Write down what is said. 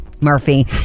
Murphy